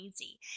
easy